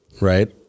right